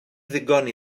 ddigon